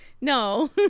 no